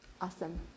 Awesome